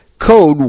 code